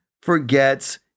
forgets